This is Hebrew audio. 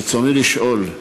ברצוני לשאול: